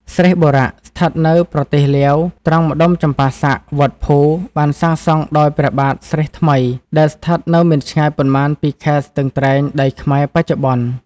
ស្រេស្តបុរៈ ស្ថិតនៅប្រទេសលាវ ត្រង់ម្តុំចម្ប៉ាសាក់-វត្តភូ បានសាងសង់ ដោយព្រះបាទស្រេស្តថ្មី ដែលស្ថិតនៅមិនឆ្ងាយប៉ុន្មានពីខេត្តស្ទឹងត្រែង ដីខ្មែរ បច្ចុប្បន្ន។